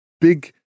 big